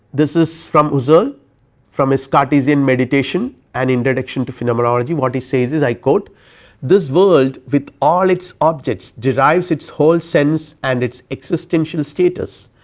this is from husserl from his cartesian meditation an introduction to phenomenology, what he says is i quote this world with all its objects derives its whole sense and its existential status,